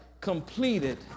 completed